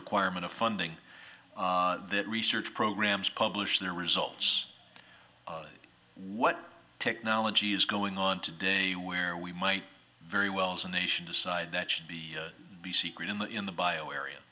requirement of ending that research programs publish the results of what technology is going on today where we might very well as a nation decide that should be the secret in the in the bio area